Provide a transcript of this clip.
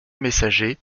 messager